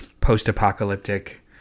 post-apocalyptic